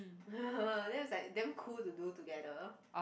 then was like damn cool to do together